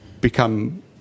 become